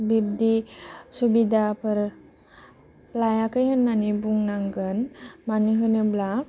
बिब्दि सुबिदाफोर लायाखै होननानै बुंनांगोन मानो होनोब्ला